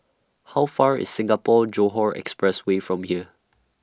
How Far IS Singapore Johore Express Way from here